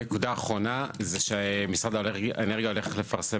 הנקודה האחרונה זה שמשרד האנרגיה הולך לפרסם